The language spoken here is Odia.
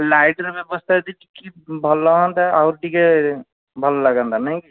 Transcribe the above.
ଲାଇଟ୍ ର ବ୍ୟବସ୍ତା ଯଦି ଟିକେ ଭଲ ହୁଅନ୍ତା ଆହୁରି ଟିକେ ଭଲ ଲାଗନ୍ତା ନାଇଁ କି